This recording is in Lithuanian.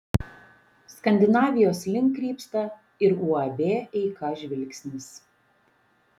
skandinavijos link krypsta ir uab eika žvilgsnis